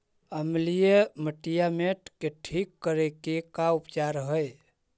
अमलिय मटियामेट के ठिक करे के का उपचार है?